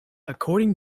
according